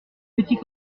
petits